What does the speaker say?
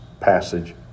passage